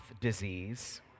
disease